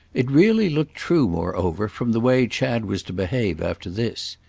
it really looked true moreover from the way chad was to behave after this.